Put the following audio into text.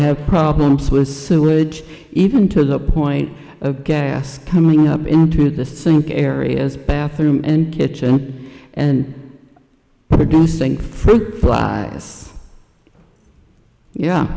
have problems with sewage even to the point of gas coming up into the sink areas bathroom and kitchen and producing fruit flies y